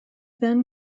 then